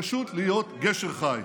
פשוט להיות גשר חי.